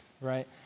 right